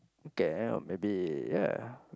can or maybe ya